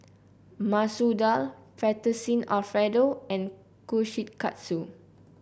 Masoor Dal Fettuccine Alfredo and Kushikatsu